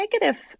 negative